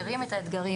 מכירים את האתגרים.